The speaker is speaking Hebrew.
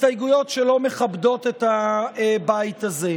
הסתייגויות שלא מכבדות את הבית הזה.